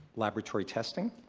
laboratory testing.